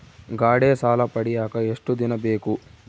ಗಾಡೇ ಸಾಲ ಪಡಿಯಾಕ ಎಷ್ಟು ದಿನ ಬೇಕು?